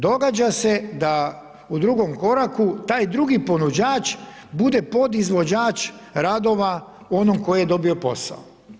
Događa se da u drugom koraku taj drugi ponuđač bude podizvođač radova onom koji je dobio posao.